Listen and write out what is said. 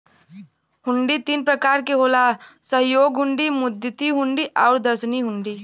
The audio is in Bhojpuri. हुंडी तीन प्रकार क होला सहयोग हुंडी, मुद्दती हुंडी आउर दर्शनी हुंडी